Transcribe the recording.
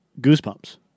goosebumps